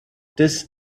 this